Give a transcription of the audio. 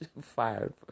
fired